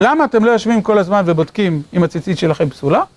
למה אתם לא יושבים כל הזמן ובודקים אם הציצית שלכם פסולה?